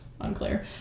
unclear